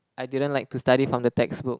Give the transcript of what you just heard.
I didn't like to study from the textbook